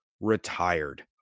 retired